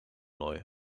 neu